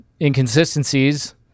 inconsistencies